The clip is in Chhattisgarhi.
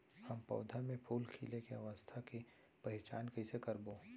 हम पौधा मे फूल खिले के अवस्था के पहिचान कईसे करबो